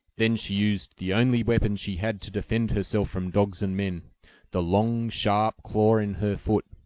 then she used the only weapon she had to defend herself from dogs and men the long sharp claw in her foot.